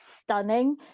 stunning